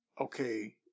okay